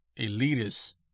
elitists